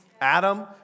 Adam